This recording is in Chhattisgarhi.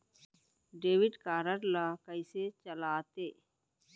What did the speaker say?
डेबिट कारड ला कइसे चलाते?